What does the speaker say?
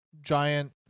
giant